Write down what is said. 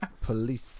Police